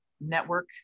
network